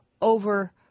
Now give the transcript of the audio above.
over